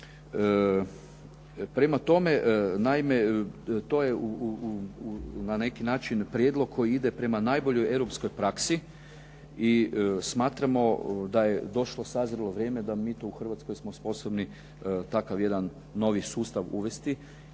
Prema tome, naime to je na neki način prijedlog koji ide prema najboljoj europskoj praksi i smatramo da je došlo, sazrelo vrijeme da mi to u Hrvatskoj smo sposobni takav jedan novi sustav uvesti